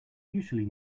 usually